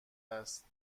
است